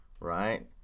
Right